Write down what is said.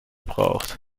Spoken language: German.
braucht